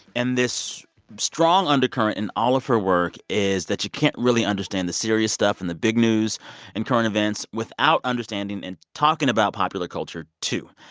and this strong undercurrent in all of her work is that you can't really understand the serious stuff in the big news and current events without understanding and talking about popular culture, too.